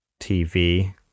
TV